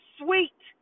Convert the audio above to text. sweet